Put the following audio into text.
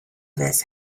this